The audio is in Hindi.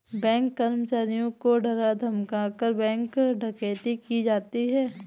बैंक कर्मचारियों को डरा धमकाकर, बैंक डकैती की जाती है